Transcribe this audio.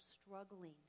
struggling